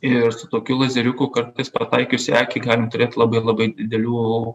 ir su tokiu lazeriuku kartais pataikius į akį galim turėt labai labai didelių